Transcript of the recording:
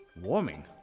Warming